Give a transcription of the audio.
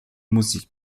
musik